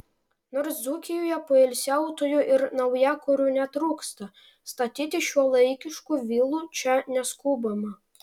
nors dzūkijoje poilsiautojų ir naujakurių netrūksta statyti šiuolaikiškų vilų čia neskubama